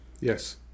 Yes